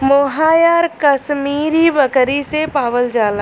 मोहायर कशमीरी बकरी से पावल जाला